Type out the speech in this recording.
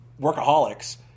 Workaholics